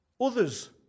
Others